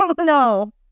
No